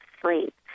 sleep